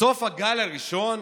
בסוף הגל הראשון,